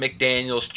McDaniels